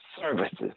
services